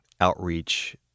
outreach